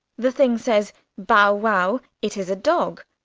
the thing says bow-wow. it is a dog.